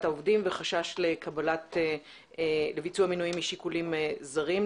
העובדים וחשש לביצוע מינויים משיקולים זרים,